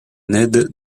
ned